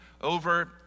over